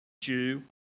Jew